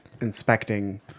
inspecting